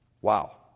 Wow